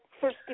first